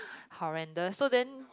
horrendous so then